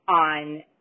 on